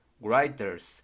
writers